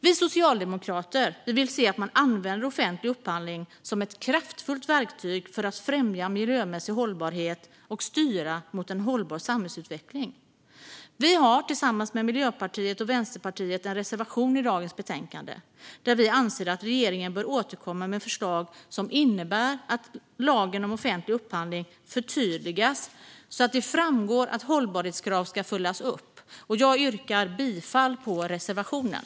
Vi socialdemokrater vill se att man använder offentlig upphandling som ett kraftfullt verktyg för att främja miljömässig hållbarhet och styra mot en hållbar samhällsutveckling. Vi har tillsammans med Miljöpartiet och Vänsterpartiet en reservation i dagens betänkande då vi anser att regeringen bör återkomma med förslag som innebär att lagen om offentlig upphandling förtydligas så att det framgår att hållbarhetskrav ska följas upp. Jag yrkar bifall till reservationen.